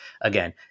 again